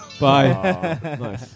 Bye